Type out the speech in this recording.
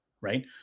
Right